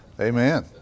Amen